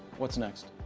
what's next?